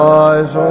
eyes